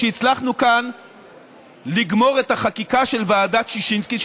כשהצלחנו כאן לגמור את החקיקה של ועדת ששינסקי,